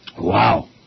Wow